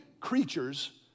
creatures